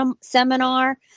seminar